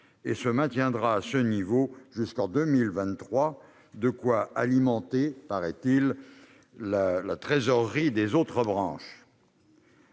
et se maintiendra à ce niveau jusqu'en 2023 ; de quoi alimenter, paraît-il, la trésorerie des autres branches.